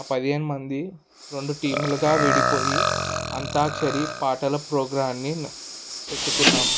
ఆ పదిహేను మంది రెండు టీములుగా విడిపోయి అంతాక్షరి పాటల ప్రోగ్రాంని పెట్టుకున్నాం